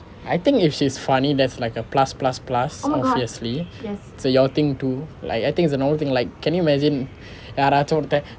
I think if she's funny that's like a plus plus plus obviously so your thing too like I think it's a normal thing like can you imagine யாரது ஒருத்தன்:yaarathu oruten